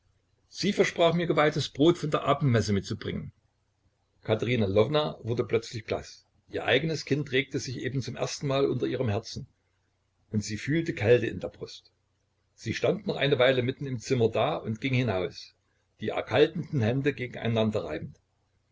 sie versprach mir geweihtes brot von der abendmesse mitzubringen katerina lwowna wurde plötzlich blaß ihr eigenes kind regte sich eben zum erstenmal unter ihrem herzen und sie fühlte kälte in der brust sie stand noch eine weile mitten im zimmer da und ging hinaus die erkaltenden hände gegeneinander reibend